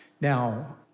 Now